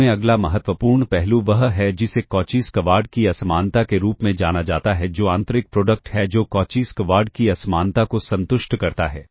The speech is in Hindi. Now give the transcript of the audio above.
इसमें अगला महत्वपूर्ण पहलू वह है जिसे कॉची स्क्वाड की असमानता के रूप में जाना जाता है जो आंतरिक प्रोडक्ट है जो कॉची स्क्वाड की असमानता को संतुष्ट करता है